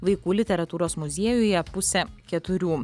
vaikų literatūros muziejuje pusę keturių